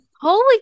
Holy